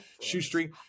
Shoestring